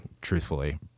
truthfully